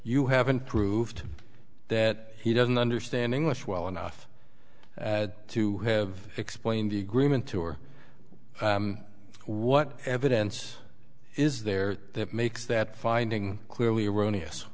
you haven't proved that he doesn't understand english well enough to have explained the agreement tour what evidence is there that makes that finding clearly erroneous